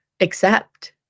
accept